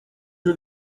uru